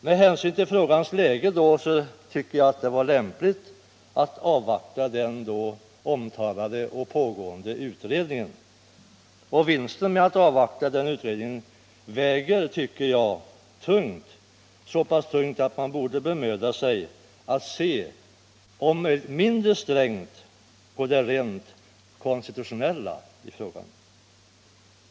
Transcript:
Med hänsyn till frågans läge var det lämpligt att avvakta den omtalade då pågående utredningen. Vinsten med att avvakta denna utredning väger, tycker jag, så pass tungt att man borde bemöda sig om att se mindre strängt på det rent konstitutionella i frågan.